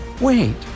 Wait